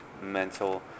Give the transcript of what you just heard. mental